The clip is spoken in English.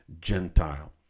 Gentile